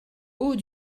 haut